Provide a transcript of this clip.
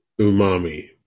umami